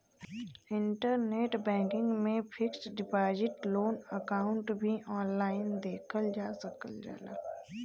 internet banking में fixed deposit loan account भी online देखल जा सकल जाला